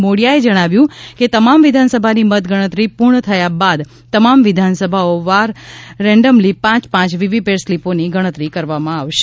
મોડીયાએ જણાવ્યું છે કે તમામ વિધાનસભાની મતગણતરી પૂર્ણ થયા બાદ તમામ વિધાનસભાઓ વાર રેન્ડમલી પાંચ પાંચ વીવીપેટ સ્લીપોની ગણતરી કરવામાં આવશે